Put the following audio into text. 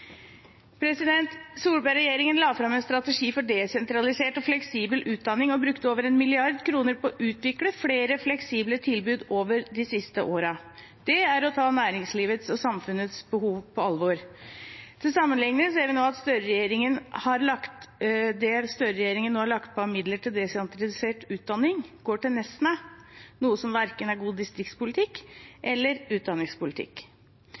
la fram en strategi for desentralisert og fleksibel utdanning og brukte over 1 mrd. kr på å utvikle flere fleksible tilbud over de siste årene. Det er å ta næringslivets og samfunnets behov på alvor. Til sammenlikning vi ser nå at det Støre-regjeringen har lagt på av midler til desentralisert utdanning, går til Nesna, noe som verken er god distriktspolitikk eller utdanningspolitikk.